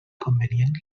convenient